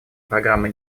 программы